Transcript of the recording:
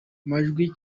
majwi